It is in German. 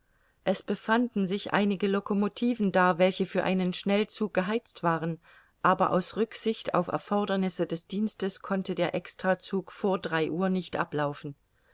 es befanden sich einige locomotiven da welche für einen schnellzug geheizt waren aber aus rücksicht auf erfordernisse des dienstes konnte der extrazug vor drei uhr nicht ablaufen